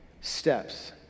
steps